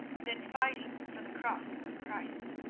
than fighting for the cross of christ?